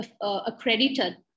accredited